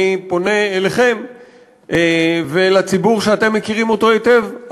אני פונה אליכם ואל הציבור שאתם מכירים היטב,